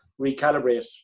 recalibrate